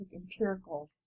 empirical